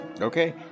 Okay